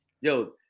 Yo